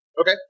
Okay